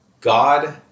God